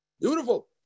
Beautiful